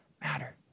matter